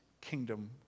kingdom